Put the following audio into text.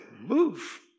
move